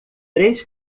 três